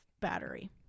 battery